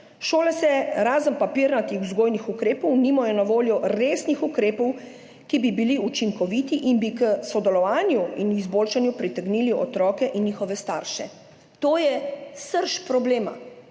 Šole, razen papirnatih vzgojnih ukrepov, nimajo na voljo resnih ukrepov, ki bi bili učinkoviti in bi k sodelovanju in k izboljšanju pritegnili otroke in njihove starše. To je srž problema